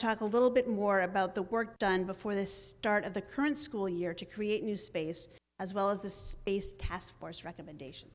talk a little bit more about the work done before the start of the current school year to create new space as well as the space taskforce recommendation